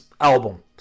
album